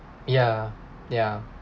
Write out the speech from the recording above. ya ya